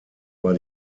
war